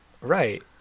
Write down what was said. Right